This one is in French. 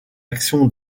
action